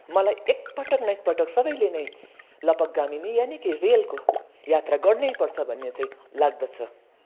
मलाई एकपटक न एकपटक सबैले नै लपक गामिनी यानि कि रेलको यात्रा गर्नै पर्छ भन्ने चाहिँ लाग्दछ